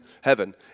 heaven